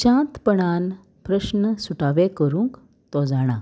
शांतपणान प्रस्न सुटावे करूंक तो जाणा